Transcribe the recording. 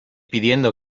pidiendo